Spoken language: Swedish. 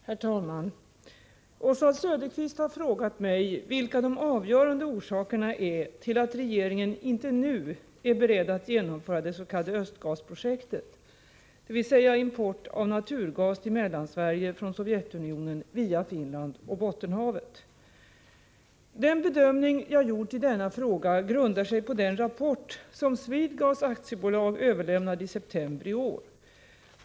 Herr talman! Oswald Söderqvist har frågat mig vilka de avgörande orsakerna är till att regeringen inte nu är beredd att genomföra det s.k. Östgas-projektet, dvs. import av naturgas till Mellansverige från Sovjetunionen via Finland och Bottenhavet. Den bedömning jag gjort i denna fråga grundar sig på den rapport som Swedegas AB överlämnade i september i år.